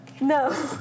No